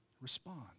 Respond